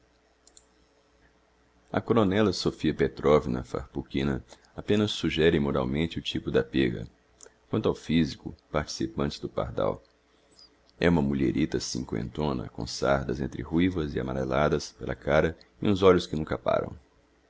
a coronela sofia petrovna farpukhina apenas suggere moralmente o tipo da pêga quanto ao phisico participa antes do pardal é uma mulherita cincoentona com sardas entre ruivas e amareladas pela cara e uns olhos que nunca param